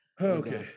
Okay